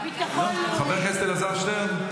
חבר הכנסת אלעזר שטרן.